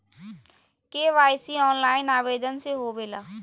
KYC online आवेदन से होवे ला?